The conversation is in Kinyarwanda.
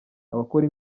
abakora